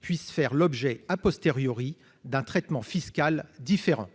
puisse faire l'objet a posteriori d'un traitement fiscal différent,